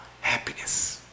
happiness